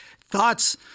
thoughts